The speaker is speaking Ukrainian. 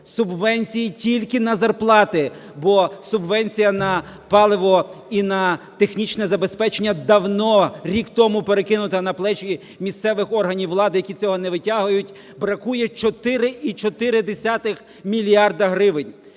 субвенції тільки на зарплати, бо субвенція на паливо і на технічне забезпечення давно, рік тому перекинуте на плечі місцевих органів влади, які цього не витягують. Бракує 4,4 мільярда гривень.